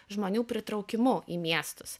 žmonių pritraukimu į miestus